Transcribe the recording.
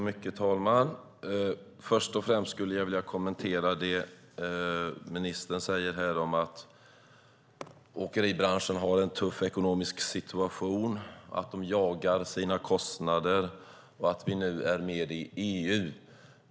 Herr talman! Först och främst skulle jag vilja kommentera det som ministern säger här om att åkeribranschen har en ekonomiskt tuff situation, att de jagar sina kostnader och att vi nu är med i EU.